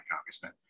Congressman